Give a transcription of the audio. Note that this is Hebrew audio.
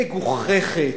מגוחכת,